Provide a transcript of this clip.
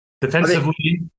Defensively